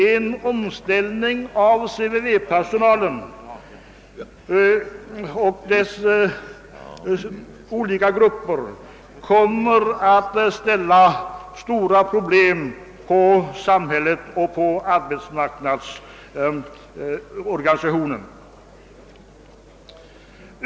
En omplacering av de olika grupperna CVV-personal kommer att ställa stora krav på samhället och arbetsmarknadsorganisationen.